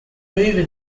mover